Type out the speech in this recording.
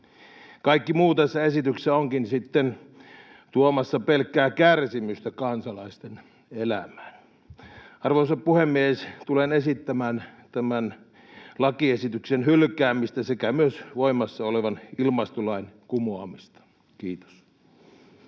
Kaikki muu tässä esityksessä onkin sitten tuomassa pelkkää kärsimystä kansalaisten elämään. Arvoisa puhemies! Tulen esittämään tämän lakiesityksen hylkäämistä sekä myös voimassa olevan ilmastolain kumoamista. — Kiitos.